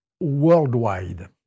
worldwide